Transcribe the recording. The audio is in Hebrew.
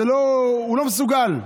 הוא לא מסוגל.